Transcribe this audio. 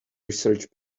research